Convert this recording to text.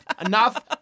Enough